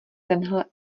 tenhle